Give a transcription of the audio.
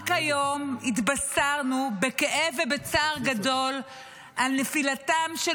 רק היום התבשרנו בכאב ובצער גדול על נפילתם של